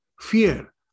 fear